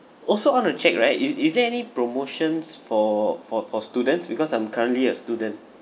also want to check right is is there any promotions for for for students because I'm currently a student